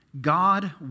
God